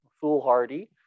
foolhardy